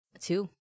Two